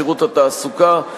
שירות התעסוקה,